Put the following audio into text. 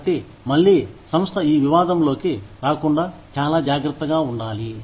కాబట్టి మళ్ళీ సంస్థ ఈ వివాదంలోకి రాకుండా చాలా జాగ్రత్తగా ఉండాలి